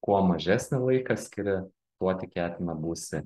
kuo mažesnį laiką skiri tuo tikėtina būsi